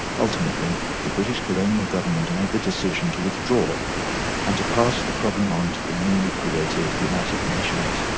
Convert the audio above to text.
ultimately the british colonial government made the decision to withdraw and to pass the problem on to the newly created united nations.